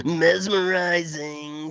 mesmerizing